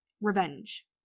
Revenge